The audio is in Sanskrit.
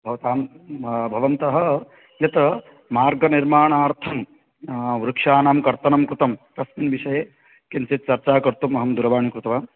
भवतां भवन्तः यत् मार्गनिर्माणार्थं वृक्षाणां कर्तनं कृतं तस्मिन् विषये किञ्चित् चर्चा कर्तुम् अहं दूरवाणीं कृतवान्